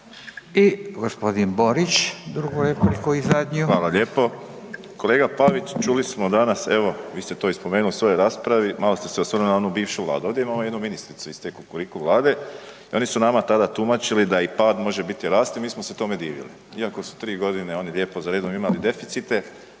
I gospodin Borić drugu repliku i zadnju. **Borić, Josip (HDZ)** Hvala lijepo. Kolega Pavić čuli smo danas evo vi ste to i spomenuli u svojoj raspravi, malo ste se osvrnuli na onu bivšu Vladu, ovdje imamo jednu ministricu iz te Kukuriku vlade i oni su nama tada tumačili da i pad može … rasti, mi smo se tome divili. Iako su tri godine oni lijepo za redom imali deficite